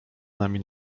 nami